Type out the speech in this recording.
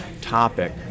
topic